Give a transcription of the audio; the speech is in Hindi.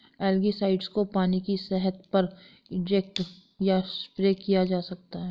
एलगीसाइड्स को पानी की सतह पर इंजेक्ट या स्प्रे किया जा सकता है